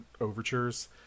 overtures